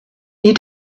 you